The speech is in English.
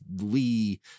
Lee